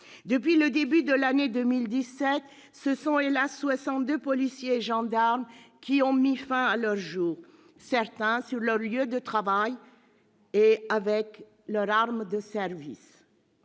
Depuis le début de l'année 2017, 62 policiers et gendarmes ont hélas ! mis fin à leurs jours, certains sur leur lieu de travail et avec leur arme de service.